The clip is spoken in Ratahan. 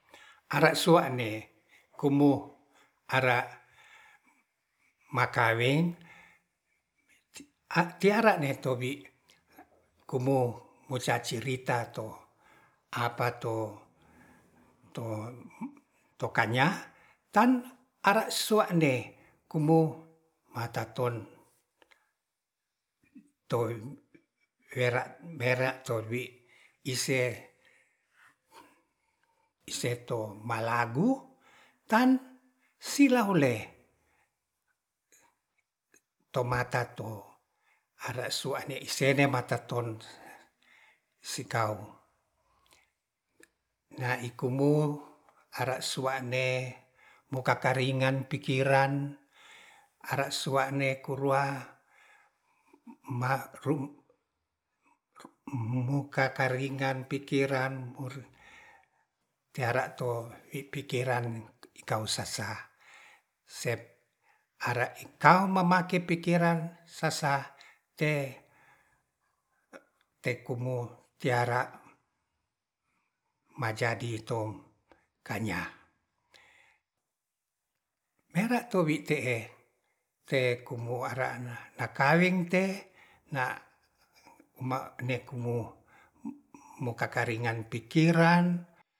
Are sua'ne kumu ara makaweng tiara ne tobi kumu mucacuruta to apato to kanya tan ara sua'ne kumu mataton to wera bera towi ise ise to malagu tan silahuhole tomata to ara suane mataton sitau naikomu ara sua'ne mukakaringan pikiran ara sua'ne kurua marum mukakaringan pikiran muar teara to pikiran ikau sasa spe ara ikau mamake pikiran sasa te te kumu tiara majadi tom kanya mera towi te'e te kumu arana nakaweng te na mane kumu mokakaringan pikiran